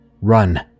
Run